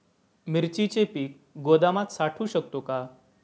मिरचीचे पीक गोदामात साठवू शकतो का?